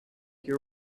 you